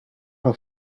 from